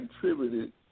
contributed